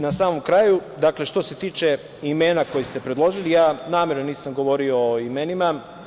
Na samom kraju, što se tiče imena koja ste predložili, namerno nisam govorio o imenima.